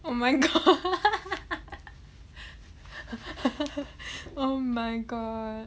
oh my god oh my god